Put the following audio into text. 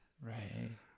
Right